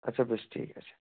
আচ্ছা বেশ ঠিক আছে